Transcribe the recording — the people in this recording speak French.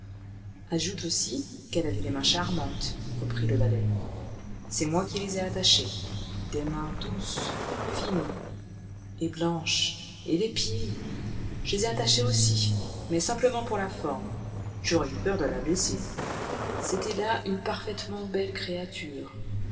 ajoute aussi qu'elle avait des mains charmantes reprit l'autre valet c'est moi qui les ai attachées des mains douces fines et blanches et des pieds je les ai attachés aussi mais simplement pour la forme j'aurais eu peur de la blesser c'était là une parfaitement belle créature